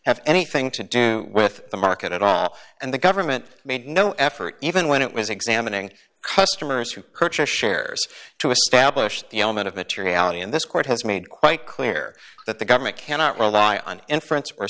have anything to do with the market at all and the government made no effort even when it was examining customers who purchase shares to establish the element of materiality and this court has made quite clear that the government cannot rely on inference or